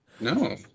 No